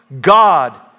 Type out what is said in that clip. God